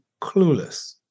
clueless